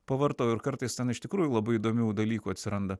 pavartau ir kartais ten iš tikrųjų labai įdomių dalykų atsiranda